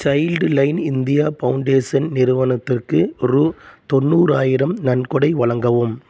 Childline India Foundation நிறுவனத்திற்கு ரூபா தொண்ணூறாயிரம் நன்கொடை வழங்கவும்